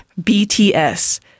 BTS